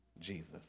Jesus